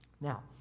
Now